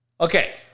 Okay